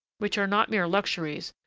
which are not mere luxuries,